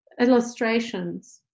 illustrations